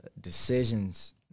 decisions